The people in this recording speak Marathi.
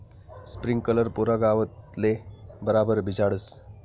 स्प्रिंकलर पुरा गावतले बराबर भिजाडस